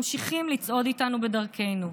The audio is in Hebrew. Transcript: ממשיכים לצעוד איתנו בדרכנו.